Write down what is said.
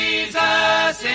Jesus